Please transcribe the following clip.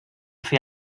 fer